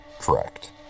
Correct